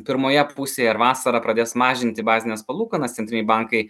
pirmoje pusėje ar vasarą pradės mažinti bazines palūkanas centriniai bankai